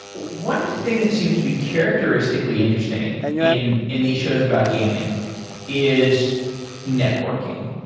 one thing that seems to be characteristically interesting in in the shows about gaming is networking.